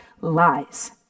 lies